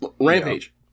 rampage